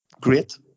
great